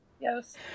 Yes